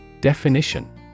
Definition